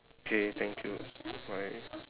okay thank you bye